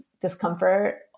discomfort